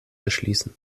erschließen